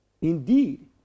Indeed